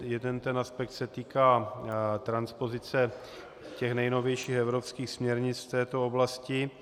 Jeden ten aspekt se týká transpozice nejnovějších evropských směrnic v této oblasti.